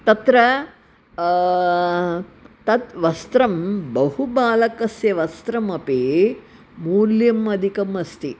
तत्र तत् वस्त्रं बहु बालकस्य वस्त्रमपि मूल्यम् अधिकम् अस्ति